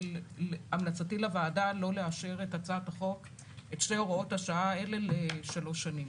המלצתי לוועדה לא לאשר את שתי הוראות השעה אליהם ל-3 שנים.